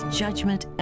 judgment